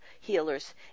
healers